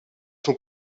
sont